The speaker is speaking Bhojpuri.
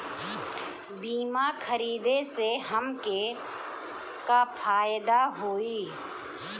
बीमा खरीदे से हमके का फायदा होई?